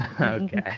okay